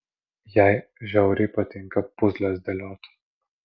jai žiauriai patinka puzles dėliot